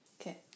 Okay